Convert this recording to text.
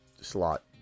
slot